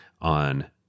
on